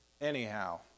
anyhow